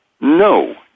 No